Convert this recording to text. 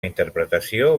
interpretació